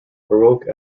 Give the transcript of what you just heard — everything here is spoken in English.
baroque